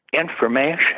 information